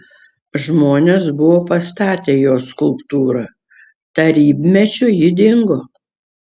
žmonės buvo pastatę jos skulptūrą tarybmečiu ji dingo